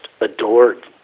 adored